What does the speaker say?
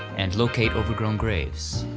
and locate overgrown graves.